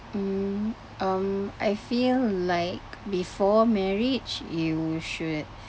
mm um I feel like before marriage you should